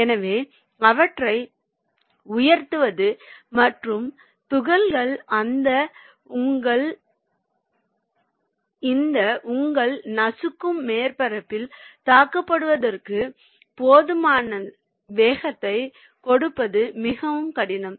எனவே அவற்றை உயர்த்துவது மற்றும் துகள்கள் இந்த உங்கள் நசுக்கும் மேற்பரப்பில் தாக்கப்படுவதற்கு போதுமான வேகத்தை கொடுப்பது மிகவும் கடினம்